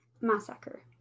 massacre